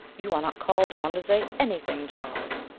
you are not called on to say anything, charles.